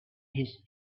his